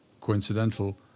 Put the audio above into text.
coincidental